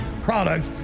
product